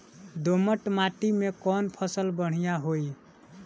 दोमट माटी में कौन फसल बढ़ीया होई?